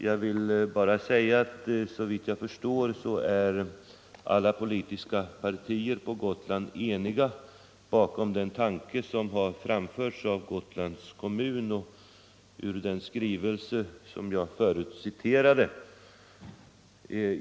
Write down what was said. Jag vill bara säga att såvitt jag vet står alla politiska partier på Gotland eniga bakom den tanke som har framförts av Gotlands kommun i den skrivelse som jag förut citerade.